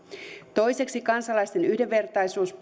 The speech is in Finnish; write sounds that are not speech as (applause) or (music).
toiseksi kansalaisten yhdenvertaisuus (unintelligible)